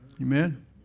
Amen